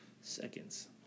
seconds